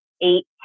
eight